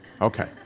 Okay